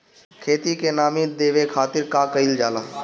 खेत के नामी देवे खातिर का कइल जाला?